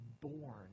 born